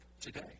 today